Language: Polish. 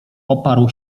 oparł